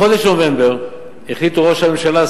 בחודש נובמבר החליטו ראש הממשלה,